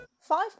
Five